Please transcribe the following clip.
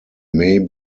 may